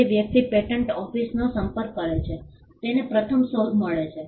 જે વ્યક્તિ પેટન્ટ ઓફિસનો સંપર્ક કરે છે તેને પ્રથમ શોધ મળે છે